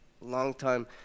Longtime